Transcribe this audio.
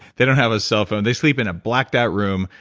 they don't have a cell phone. they sleep in a blacked-out room.